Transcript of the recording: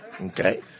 Okay